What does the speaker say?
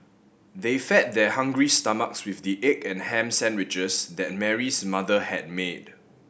they fed their hungry stomachs with the egg and ham sandwiches that Mary's mother had made